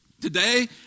Today